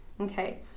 Okay